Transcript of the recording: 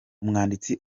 umwanditsi